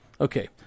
Okay